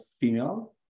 female